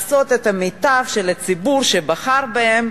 לעשות את המיטב לציבור שבחר בהם,